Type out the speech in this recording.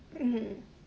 mmhmm